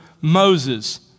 Moses